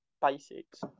basics